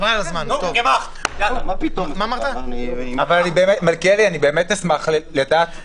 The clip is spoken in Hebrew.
אני אשמח לדעת